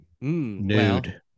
Nude